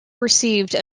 received